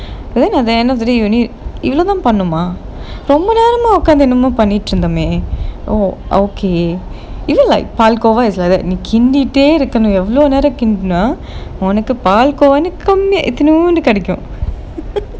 but then at the end of the day you only இவ்வலோ தான் பண்ணோம் ரொம்ப நேரமா உட்காந்து எதோ பண்ணிட்டு இருந்தோம்:ivalo thaan pannoma romba neramaa utkaanthu etho panittu irunthom oh okay you know like பல்கோவா:paalgovaa is like that நீ கிண்டிட்டே இருக்கனும் கமியா நேரம் கிண்டினா உனக்கு பால்கோவானு கமியா இத்துணுண்டு கிடைக்கும்:nee kindittae irukanum evalo neram kindinaa unaku paalgovaanu kamiyaa ithunundu kidaikum